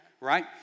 right